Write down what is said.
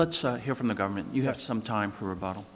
let's hear from the government you have some time for a bottle